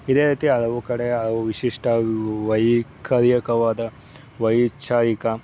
ಇದೆ ರೀತಿ ಹಲವು ಕಡೆ ಅಲವು ವಿಶಿಷ್ಟ ವೈಖರಿಯಾದ ವೈಚಾರಿಕ